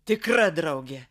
tikra draugė